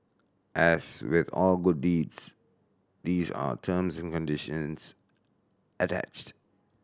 as with all good these are terms and conditions attached